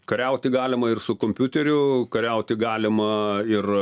kariauti galima ir su kompiuteriu kariauti galima ir